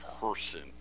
person